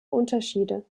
unterschiede